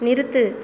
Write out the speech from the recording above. நிறுத்து